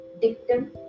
dictum